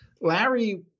Larry